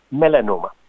melanoma